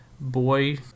boy